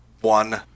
one